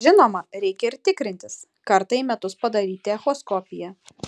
žinoma reikia ir tikrintis kartą į metus padaryti echoskopiją